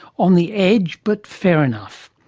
on the edge, but fair enough.